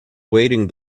awaiting